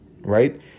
right